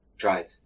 tried